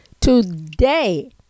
Today